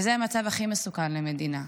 וזה המצב הכי מסוכן למדינה,